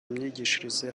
myigishirize